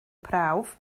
prawf